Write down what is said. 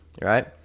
right